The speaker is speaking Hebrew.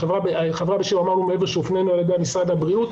חברה שהופנינו אליה על ידי משרד הבריאות,